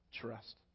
trust